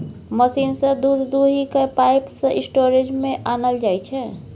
machine सँ दुध दुहि कए पाइप सँ स्टोरेज मे आनल जाइ छै